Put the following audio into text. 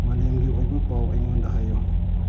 ꯃꯥꯂꯦꯝꯒꯤ ꯑꯣꯏꯕ ꯄꯥꯎ ꯑꯩꯉꯣꯟꯗ ꯍꯥꯏꯌꯨ